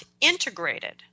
integrated